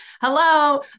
hello